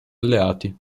alleati